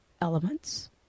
elements